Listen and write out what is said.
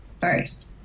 first